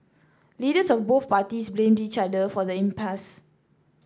leaders of both parties blamed each other for the impasse